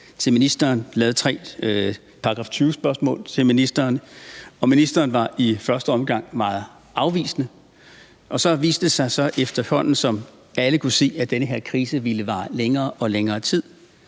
til ministeren, lavet tre § 20-spørgsmål til ministeren, og ministeren var i første omgang meget afvisende, og så viste det sig, efterhånden som alle kunne se, at den her krise ville vare længere og længere tid,